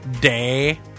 day